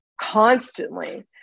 constantly